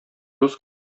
дус